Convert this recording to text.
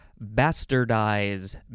bastardize